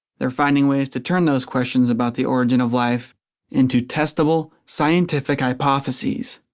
they're finding ways to turn those questions about the origin of life into testable scientific hypotheses.